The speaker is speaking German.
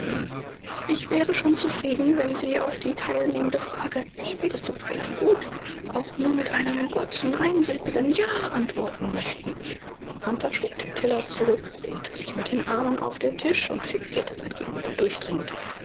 ich wäre schon zufrieden wenn sie auf die teilnehmende frage geht es dem fräulein gut auch nur mit einem kurzen einsilbigen ja antworten möchten hunter schob den teller zurück lehnte sich mit den armen auf den tisch und fixierte sein gegenüber durchdringend